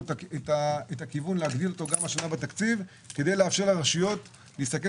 את הכיוון להגדיל בתקציב כדי לאפשר לרשויות להסתכל